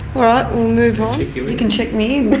all right, we'll move on. you can check me